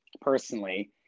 personally